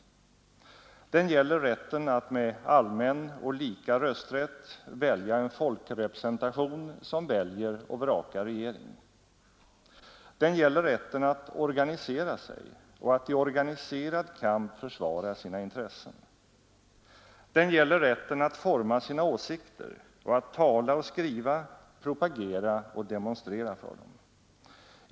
Den gäller rätten att med allmän och lika rösträtt välja en folkrepresentation, som väljer och vrakar regering. Den gäller rätten att organisera sig och att i organiserad kamp försvara sina intressen. Den gäller rätten att forma sina åsikter och tala och skriva, propagera och demonstrera för dem.